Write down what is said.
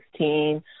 2016